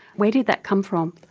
where did that come from?